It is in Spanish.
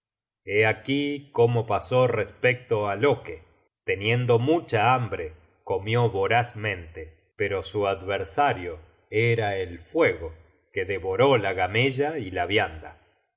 aquí cómo pasó respecto á loke teniendo mucha hambre comió vorazmente pero su adver sario era el fuego que devoró la gamella y la vianda